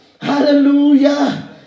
hallelujah